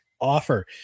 offer